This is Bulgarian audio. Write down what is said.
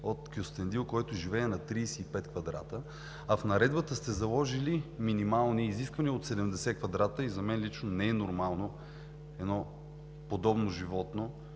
от Кюстендил, който живее на 35 квадрата, а в Наредбата сте заложили минимални изисквания от 70 квадрата и за мен лично не е нормално едно подобно животно